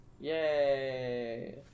yay